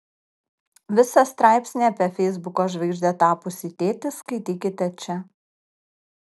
visą straipsnį apie feisbuko žvaigžde tapusį tėtį skaitykite čia